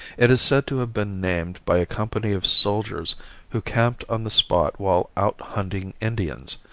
it is said to have been named by a company of soldiers who camped on the spot while out hunting indians,